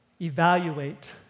evaluate